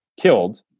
killed